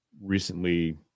recently